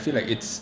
mm